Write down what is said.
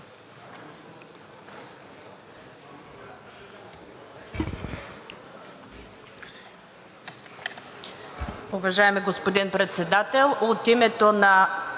Уважаеми господин Председател, от името на